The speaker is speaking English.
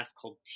called